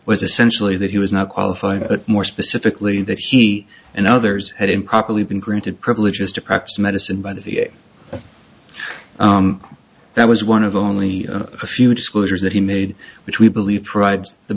was essentially that he was not qualified but more specifically that he and others had improperly been granted privileges to practice medicine by the v a that was one of only a few disclosures that he made which we believe provides the